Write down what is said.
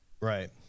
Right